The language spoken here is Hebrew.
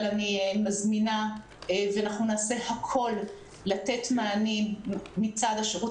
אנחנו נעשה הכול לתת מענים מצד השירות